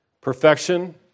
Perfection